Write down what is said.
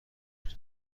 برای